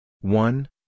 One